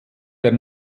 der